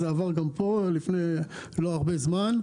"הסר עבר גם פה לא לפני הרבה זמן.